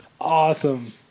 awesome